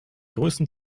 größten